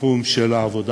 בתחום של העבודה,